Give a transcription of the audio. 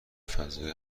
فضای